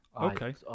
okay